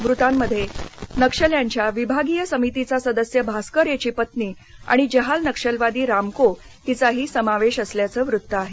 मृतांमध्ये नक्षल्यांच्या विभागीय समितीचा सदस्य भास्कर याची पत्नी आणि जहाल नक्षलवादी रामको हिचाही समावेश असल्याचं वृत्त आहे